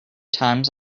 times